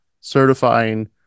certifying